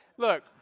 Look